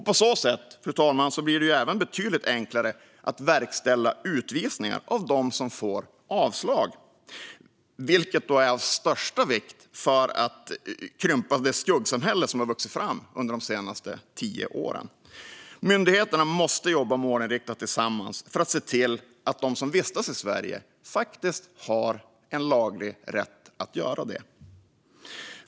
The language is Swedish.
På så sätt blir det även betydligt enklare att verkställa utvisningar av dem som får avslag, vilket är av största vikt för att krympa det skuggsamhälle som har vuxit fram under de senaste tio åren. Myndigheterna måste jobba målinriktat tillsammans för att se till att de som vistas i Sverige faktiskt har laglig rätt att göra det.